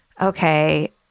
okay